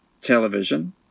television